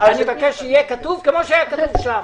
אני מבקש שיהיה כתוב כמו שהיה כתוב שם.